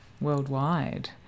worldwide